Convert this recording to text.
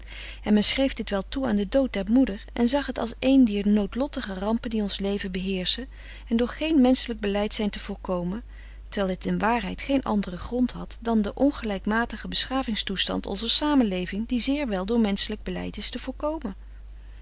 en men schreef dit wel toe aan den dood der moeder en zag het als een dier noodlottige rampen die ons leven beheerschen en door geen menschelijk beleid zijn te voorkomen terwijl het in waarheid geen anderen grond had dan den ongelijkmatigen beschavingstoestand onzer samenleving die zeer wel door menschelijk beleid is te voorkomen